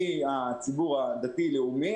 מהציבור הדתי-לאומי,